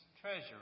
treasury